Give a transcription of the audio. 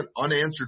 unanswered